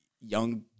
young